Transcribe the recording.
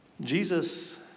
Jesus